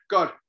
God